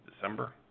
December